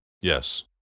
yes